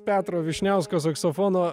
petro vyšniausko saksofono